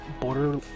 Border